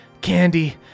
Candy